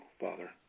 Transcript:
Father